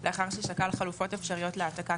לאחר ששקל חלופות אפשריות להעתקה,